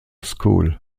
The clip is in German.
school